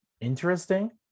interesting